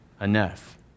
enough